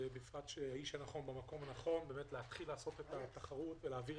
בפרט שהוא האיש הנכון במקום הנכון באמת להתחיל לעשות את התחרות ולהגיע